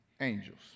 angels